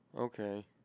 Okay